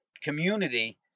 community